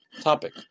topic